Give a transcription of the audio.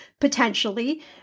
potentially